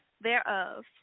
thereof